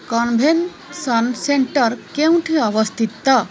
convention centre କେଉଁଠି ଅବସ୍ଥିତ